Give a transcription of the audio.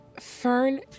Fern